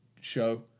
show